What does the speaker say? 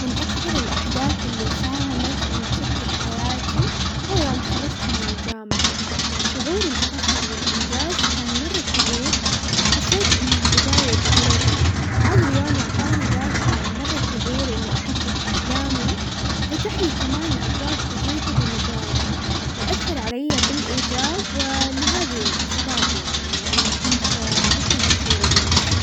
من اكثر الاحداث اللي ساهمت انه تشكل حياتي، هو يوم تخرجت من الجامعة. شعور الفخر والانجاز كان مرة كبير، وحسيت انها بداية جديدة. هذا اليوم اعطاني دافع مرة كبير انه احقق احلامي، فتح لي كمان ابواب جديدة بمجالي، واثر علي بالايجاب لهذه الاسباب يعني ،لانه كنت جدا فخورة بنفسي.